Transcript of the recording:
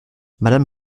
madame